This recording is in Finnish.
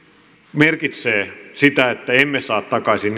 merkitsee sitä että emme saa takaisin